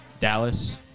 Dallas